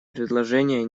предложения